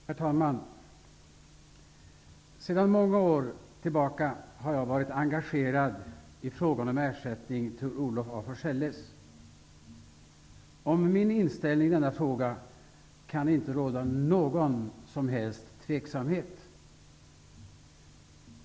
Herr talman! Sedan många år tillbaka har jag varit engagerad i frågan om ersättning till Olof af Forselles. Om min inställning i denna fråga kan det inte råda någon som helst tveksamhet.